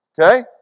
Okay